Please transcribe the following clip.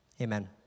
Amen